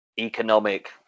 economic